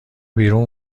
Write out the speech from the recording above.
بیرون